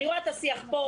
אני רואה את השיח פה,